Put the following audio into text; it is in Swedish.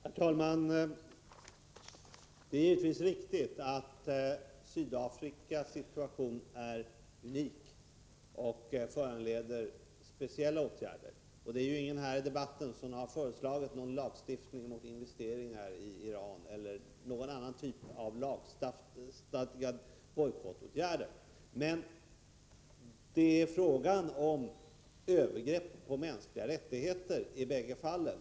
Herr talman! Det är naturligtvis riktigt att Sydafrikas situation är unik och föranleder speciella åtgärder. Det är ingen som i debatten har föreslagit någon lagstiftning mot investeringar i Iran eller någon annan typ av lagstadgade bojkottåtgärder. Men det är fråga om mycket kraftiga övergrepp på mänskliga rättigheter i bägge fallen.